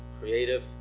creative